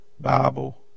Bible